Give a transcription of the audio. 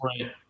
Right